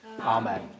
Amen